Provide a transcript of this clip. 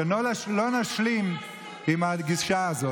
ולא נשלים עם הגישה הזאת.